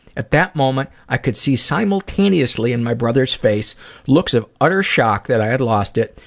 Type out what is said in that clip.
at that moment, i could see simultaneously in my brother's face looks of utter shock that i had lost it,